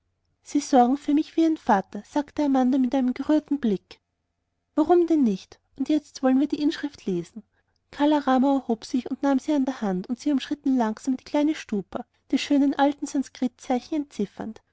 sie sorgen für mich wie ein vater sagte amanda mit einem gerührten blick warum denn nicht und jetzt wollen wir die inschrift lesen kala rama erhob sich und nahm sie an der hand und sie umschritten langsam die kleine stupa die schönen alten sanskritzeichen